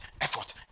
effort